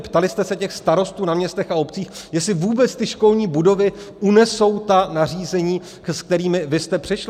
Ptali jste se těch starostů na městech a obcích, jestli vůbec ty školní budovy unesou ta nařízení, s kterými vy jste přišli?